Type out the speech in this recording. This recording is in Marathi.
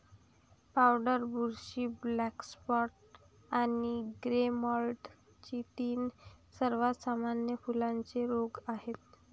पावडर बुरशी, ब्लॅक स्पॉट आणि ग्रे मोल्ड हे तीन सर्वात सामान्य फुलांचे रोग आहेत